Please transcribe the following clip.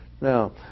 Now